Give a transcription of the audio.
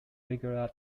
regular